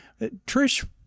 Trish